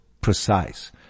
precise